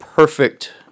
Perfect